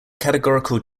categorical